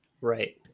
right